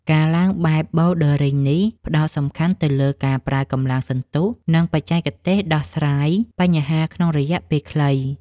ការឡើងបែបប៊ូលឌើរីងនេះ ផ្ដោតសំខាន់ទៅលើការប្រើកម្លាំងសន្ទុះ និងបច្ចេកទេសដោះស្រាយបញ្ហាក្នុងរយៈពេលខ្លី។